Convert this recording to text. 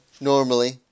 normally